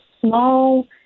small